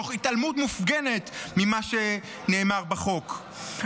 תוך התעלמות מופגנת ממה שנאמר בחוק.